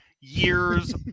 years